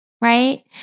right